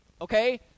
Okay